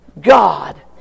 God